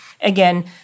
Again